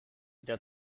der